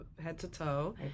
head-to-toe